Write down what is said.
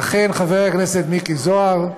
ואכן, חבר הכנסת מיקי זוהר,